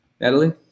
Natalie